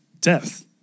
death